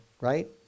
right